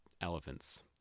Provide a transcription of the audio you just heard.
elephants